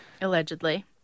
Allegedly